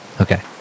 Okay